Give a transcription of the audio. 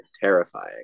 terrifying